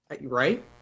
Right